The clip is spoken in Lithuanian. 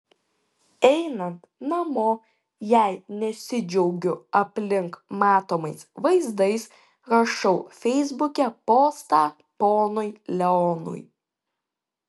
einant namo jei nesidžiaugiu aplink matomais vaizdais rašau feisbuke postą ponui leonui